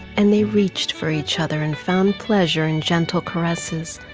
and they reached for each other and found pleasure in gentle caresses.